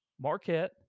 Marquette